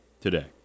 today